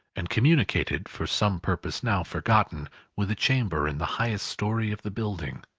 and communicated for some purpose now forgotten with a chamber in the highest story of the building.